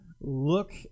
look